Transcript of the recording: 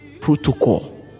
protocol